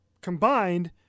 combined